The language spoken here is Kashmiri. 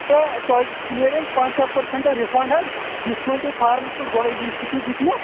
تہٕ تۄہہِ نیرِ پَنٛژاہ پٕرسَنٛٹ رِفَنٛڈ حظ یُس تۄہہِ فارمَس پٮ۪ٹھ گۄڈٕے لیٖکِتھ چھُ دِیُتمُت